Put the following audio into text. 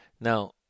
Now